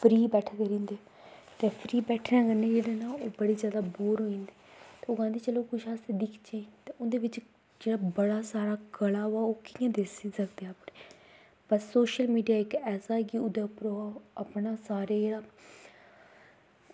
ओह् फ्री बैठे दे रैंह्दे ते फ्री बैठने कन्नै जेहड़े न ओह् बड़े जादा बोर होई जंदे ते लोक आखदे कि हां कुछ दिक्खचै ते उं'दे बिच्च जेह्ड़ा बड़ा सारा कला ओह् कि'यां दस्सी सकचै अपनी बस सोशल मीडिया इक ऐसा ऐ कि ओह्दे उप्पर ओह् अपना सारे जेह्ड़ा